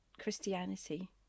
Christianity